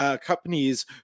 companies